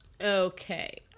Okay